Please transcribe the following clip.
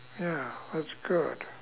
ya that's good